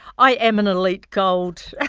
i am an elite gold ah